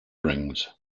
rings